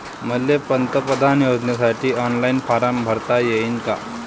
मले पंतप्रधान योजनेसाठी ऑनलाईन फारम भरता येईन का?